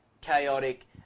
chaotic